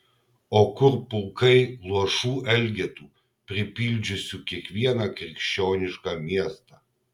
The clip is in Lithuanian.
o kur pulkai luošų elgetų pripildžiusių kiekvieną krikščionišką miestą